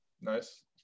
nice